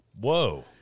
Whoa